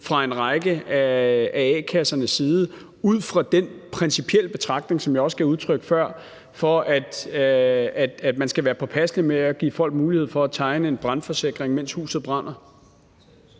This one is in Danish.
fra en række af a-kassernes side, ud fra den principielle betragtning, som jeg også gav udtryk for før, at man skal være påpasselig med at give folk mulighed for at tegne en brandforsikring, mens huset brænder.